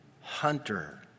hunter